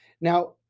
Now